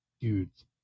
dudes